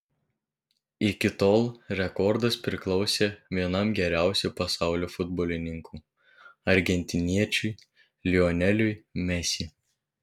iki tol rekordas priklausė vienam geriausių pasaulio futbolininkų argentiniečiui lioneliui mesi